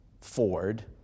Ford